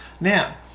Now